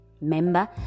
Member